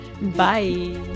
bye